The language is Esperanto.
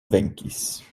venkis